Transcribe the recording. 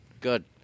good